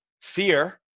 fear